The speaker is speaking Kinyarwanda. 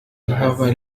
nk’aba